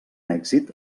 èxit